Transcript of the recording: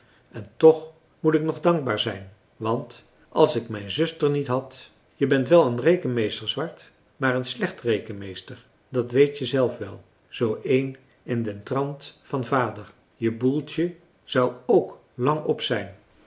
en toch moet ik nog dankbaar zijn want als ik mijn zuster niet had je bent wel een rekenmeester swart maar een slecht rekenmeester dat weet je zelf wel zoo een in den trant van vader je boeltje zou k lang op zijn